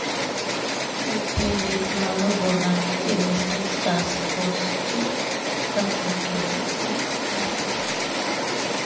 वित्तीय लेख मानक बोर्डानेच इन्व्हेस्टर टास्क फोर्सची स्थापना केलेली आहे